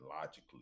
logically